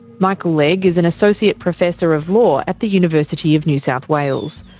michael legg is an associate professor of law at the university of new south wales.